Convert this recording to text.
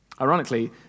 Ironically